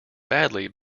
badly